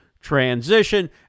transition